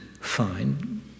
fine